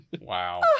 Wow